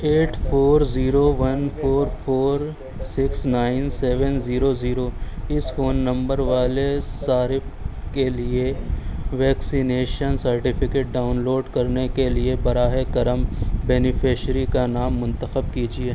at four zero one four four six nine seven zero zero اس phone number والے صارف کے لیے ویکسینیشن سرٹیفکیٹ ڈاؤن لوڈ کرنے کے لیے براہ کرم بینیفشیری کا نام منتخب کیجیے